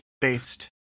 based